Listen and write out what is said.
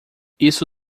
isso